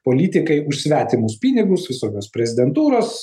politikai už svetimus pinigus visokios prezidentūros